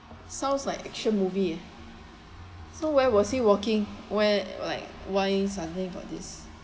sounds like action movie eh so where was he walking where like why suddenly got this